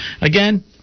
again